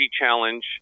challenge